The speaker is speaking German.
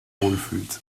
wohlfühlt